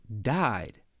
died